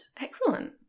Excellent